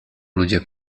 ludzie